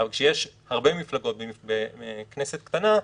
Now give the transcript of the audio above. אבל כשיש הרבה מפלגות בכנסת קטנה,